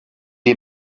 est